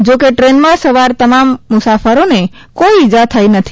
જો કે ટ્રેનમાં સવાર તમામ મુસાફરોને કોઇ ઇજા થઇ નથી